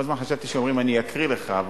כל הזמן חשבתי שאומרים: אני אקריא לך,